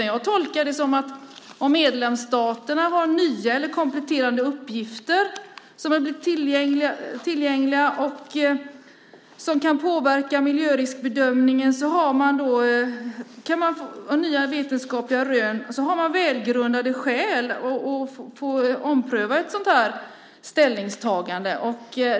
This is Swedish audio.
Jag tolkar den så att om medlemsstaterna har nya eller kompletterande uppgifter som blivit tillgängliga och som kan påverka miljöriskbedömningen och har nya vetenskapliga rön har man välgrundade skäl att få ompröva ett sådant här ställningstagande.